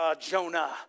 Jonah